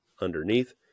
underneath